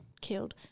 killed